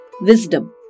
wisdom